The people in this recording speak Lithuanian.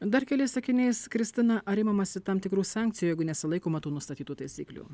dar keliais sakiniais kristina ar imamasi tam tikrų sankcijų jeigu nesilaikoma tų nustatytų taisyklių